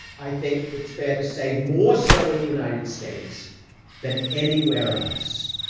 i think it's fair to say more so in the united states than anywhere else.